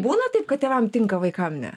būna taip kad tėvam tinka vaikam ne